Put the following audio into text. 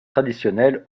traditionnel